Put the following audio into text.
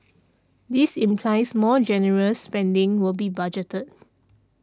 this implies more generous spending will be budgeted